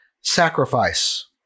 sacrifice